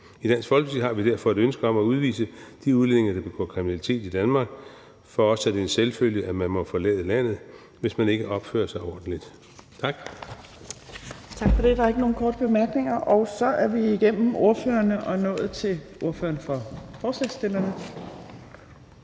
I Dansk Folkeparti har vi derfor et ønske om at udvise de udlændinge, der begår kriminalitet i Danmark. For os er det en selvfølge, at man må forlade landet, hvis man ikke opfører sig ordentligt. Tak. Kl. 17:41 Tredje næstformand (Trine Torp): Tak for det. Der er ikke nogen korte bemærkninger. Så er vi igennem ordførerrækken og er nået til ordføreren for forslagsstillerne,